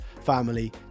family